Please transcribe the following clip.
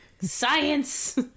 Science